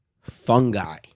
fungi